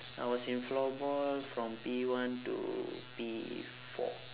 I was in floorball from P one to P four